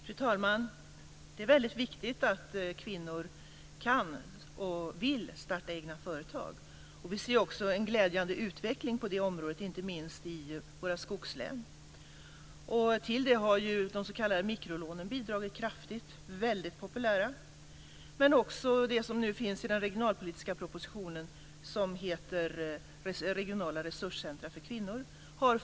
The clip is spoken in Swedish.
Fru talman! Det är väldigt viktigt att kvinnor kan och vill starta egna företag. Vi ser också en glädjande utveckling på det området, inte minst i våra skogslän. Till den har de s.k. mikrolånen bidragit kraftigt. De är väldigt populära. Det gäller också för de regionala resurscentrum för kvinnor som behandlas i den regionalpolitiska propositionen.